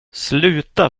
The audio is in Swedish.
sluta